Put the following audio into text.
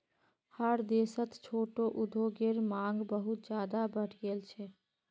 हर देशत छोटो उद्योगेर मांग बहुत ज्यादा बढ़ गेल छेक